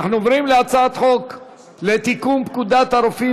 60 בעד, אין מתנגדים